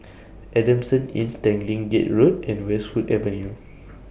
Adamson Inn Tanglin Gate Road and Westwood Avenue